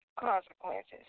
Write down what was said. Consequences